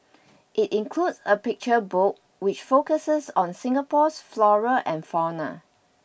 it includes a picture book which focuses on Singapore's flora and fauna